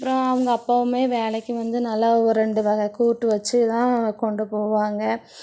அப்புறம் அவங்க அப்பாவுமே வேலைக்கு வந்து நல்ல ஒரு ரெண்டு வகை கூட்டு வெச்சு தான் கொண்டு போவாங்க